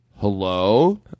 Hello